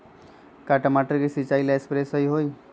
का टमाटर के सिचाई ला सप्रे सही होई?